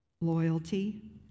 loyalty